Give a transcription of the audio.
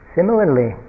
Similarly